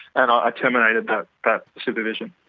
and i ah terminated that supervision.